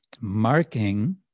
marking